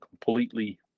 completely